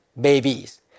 babies